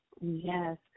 Yes